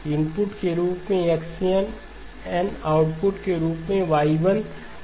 input के रूप में x n आउटपुट के रूप में Y1 एक LTI सिस्टम नहीं है